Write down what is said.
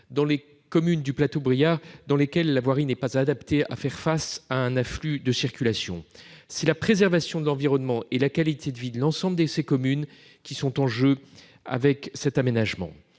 dans les communes du plateau briard, dont la voirie n'est pas adaptée à un tel afflux. Ce sont la préservation de l'environnement et la qualité de vie de l'ensemble de ces communes qui sont en jeu avec cet aménagement.